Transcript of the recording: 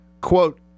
quote